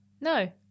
No